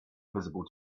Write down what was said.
visible